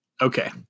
Okay